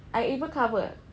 I even cover